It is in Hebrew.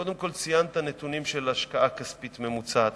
קודם כול, ציינת נתונים של השקעה כספית ממוצעת.